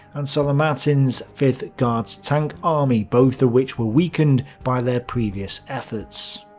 and solomatin's fifth guards tank army both of which were weakened by their previous efforts.